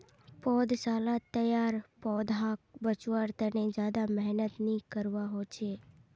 पौधसालात तैयार पौधाक बच्वार तने ज्यादा मेहनत नि करवा होचे